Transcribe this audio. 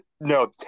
no